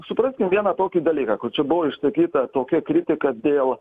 supraskime vieną tokį dalyką kur čia buvo išsakyta tokia kritika dėl